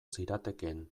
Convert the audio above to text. ziratekeen